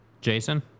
Jason